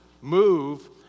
move